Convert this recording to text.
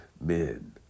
Men